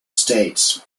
states